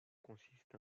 consiste